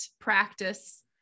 practice